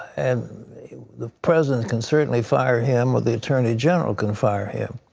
and the president can certainly fire him, or the attorney-general can fire him.